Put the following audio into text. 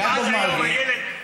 יעקב מרגי,